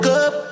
up